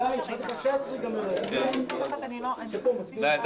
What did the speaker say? הישיבה ננעלה בשעה 17:55.